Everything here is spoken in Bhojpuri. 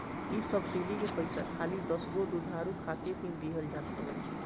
इ सब्सिडी के पईसा खाली दसगो दुधारू खातिर ही दिहल जात हवे